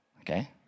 okay